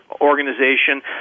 organization